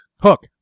Hook